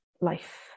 life